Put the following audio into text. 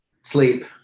Sleep